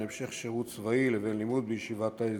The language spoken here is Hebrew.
המשך שירות צבאי לבין לימוד בישיבת ההסדר.